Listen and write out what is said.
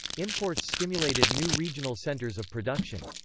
imports stimulated new regional centres of production.